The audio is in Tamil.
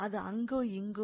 இது அங்கோ இங்கோ இருக்கும்